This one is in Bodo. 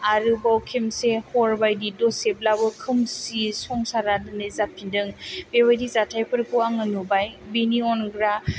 आरोबाव खेबसे हर बायदि दसेब्लाबो खोमसि संसारा दिनै जाफिनदों बेबायदि जाथाइफोरखौ आङो नुबाय बेनि अनगा